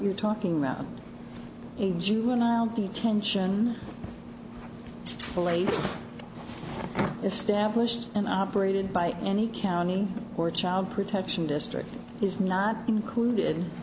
you're talking about a juvenile detention fully established and operated by any county or child protection district is not included